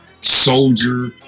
soldier